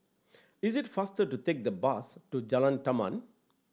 is it faster to take the bus to Jalan Taman